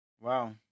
Wow